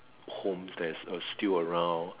home that's uh still around